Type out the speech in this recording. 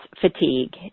fatigue